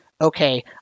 okay